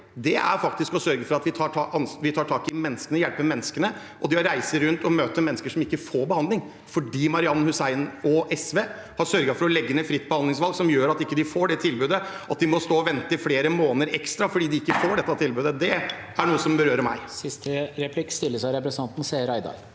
er å sørge for at vi tar tak i menneskene, hjelper menneskene. Det å reise rundt og møte mennesker som ikke får behandling, fordi Marian Hussein og SV har sørget for å legge ned fritt behandlingsvalg – som gjør at de ikke får det tilbudet, og at de må stå og vente i flere måneder ekstra fordi de ikke får det tilbudet – er noe som berører meg. Seher Aydar (R) Forrige